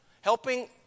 Helping